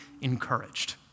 encouraged